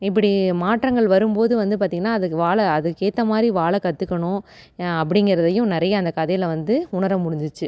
இப்படி மாற்றங்கள் வரும்போது வந்து பார்த்தீங்கன்னா அதுக்கு வாழ அதுக்கேற்ற மாதிரி வாழ கற்றுக்கணும் அப்படிங்கிறதையும் நிறைய அந்த கதையில் வந்து உணர முடிஞ்சுச்சு